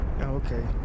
Okay